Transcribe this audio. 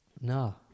No